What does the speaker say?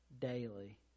daily